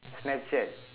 Snapchat